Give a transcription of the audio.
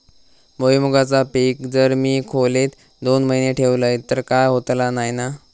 भुईमूगाचा पीक जर मी खोलेत दोन महिने ठेवलंय तर काय होतला नाय ना?